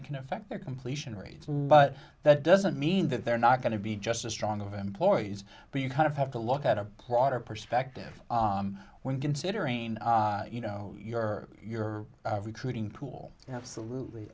it can affect their completion rates but that doesn't mean that they're not going to be just as strong of employees but you kind of have to look at a broader perspective when considering you know your your recruiting pool absolutely